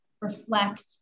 reflect